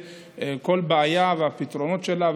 כל בעיה והפתרונות שלה,